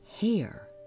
hair